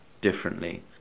differently